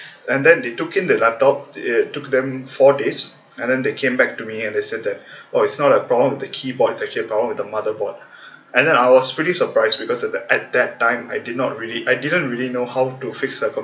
and then they took in the laptop it took them four days and then they came back to me and they said that oh it's not a problem with the keyboard it's actually a problem with the motherboard and then I was pretty surprised because at that at that time I did not really I didn't really know how to fix laptop